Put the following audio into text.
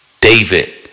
David